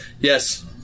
Yes